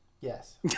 yes